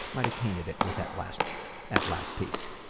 might've tainted it with that last that last piece!